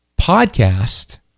podcast